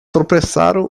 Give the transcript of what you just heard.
tropeçaram